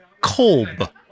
Kolb